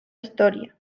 historia